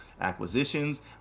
acquisitions